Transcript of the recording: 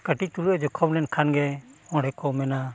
ᱠᱟᱹᱴᱤᱡ ᱪᱩᱞᱩᱝ ᱮ ᱡᱚᱠᱷᱚᱢ ᱞᱮᱱᱠᱷᱟᱱ ᱜᱮ ᱚᱸᱰᱮ ᱠᱚ ᱢᱮᱱᱟ